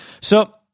So-